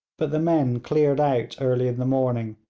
but the men cleared out early in the morning,